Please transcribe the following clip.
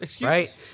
right